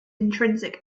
intrinsic